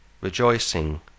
Rejoicing